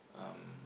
um